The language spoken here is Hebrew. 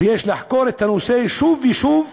ויש לחקור את הנושא שוב ושוב,